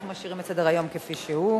אנחנו משאירים את סדר-היום כפי שהוא.